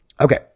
okay